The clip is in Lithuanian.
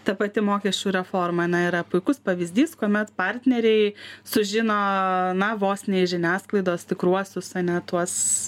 ta pati mokesčių reforma na yra puikus pavyzdys kuomet partneriai sužino na vos ne iš žiniasklaidos tikruosius ane tuos